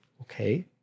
Okay